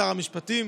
שר המשפטים,